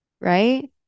right